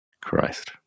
Christ